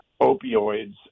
opioids